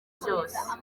byose